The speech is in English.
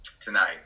tonight